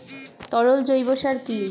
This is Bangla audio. তরল জৈব সার কি?